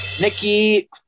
Nikki